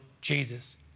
Jesus